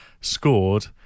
scored